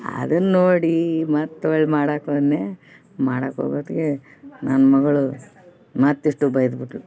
ಅದನ್ನು ನೋಡಿ ಮತ್ತೆ ಹೊಳ್ ಮಾಡಕ್ಕೋದ್ನೆ ಮಾಡಕ್ಕೆ ಹೋಗ್ ಹೊತ್ಗೆ ನನ್ನ ಮಗಳು ಮತ್ತಿಷ್ಟು ಬೈದು ಬಿಟ್ಳು